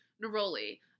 Neroli